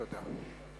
תודה.